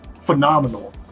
phenomenal